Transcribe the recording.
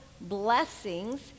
blessings